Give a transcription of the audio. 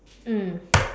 mm